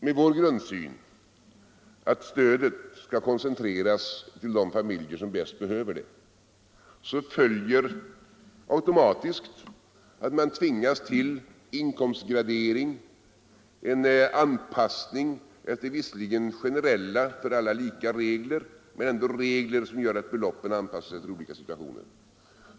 Med vår grundsyn =— att stödet skall koncentreras till de familjer som bäst behöver det — följer automatiskt att man tvingas till inkomstgradering, en anpassning efter visserligen generella för alla lika regler men ändå regler som gör att beloppen anpassas till olika situationer.